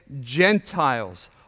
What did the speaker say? Gentiles